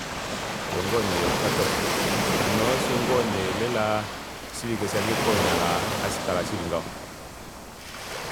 Fiyo ngoo nee kwatoka hano osho ngoo nee lela oshivike shange konyala hashikala shili ngaho